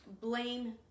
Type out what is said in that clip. blame